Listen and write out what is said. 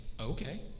okay